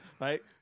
right